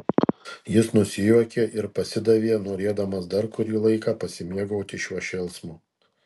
jis nusijuokė ir pasidavė norėdamas dar kurį laiką pasimėgauti šiuo šėlsmu